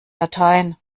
latein